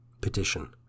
Petition